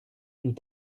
nous